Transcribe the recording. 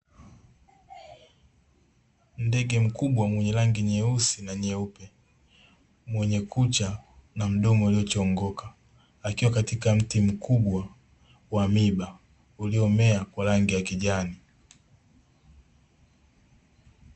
Ndege mkubwa mwenye rangi nyeusi na nyeupe, mwenye kucha na mdomo uliochongoka, akiwa katika mti mkubwa wa miba uliomea kwa rangi ya kijani.